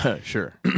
Sure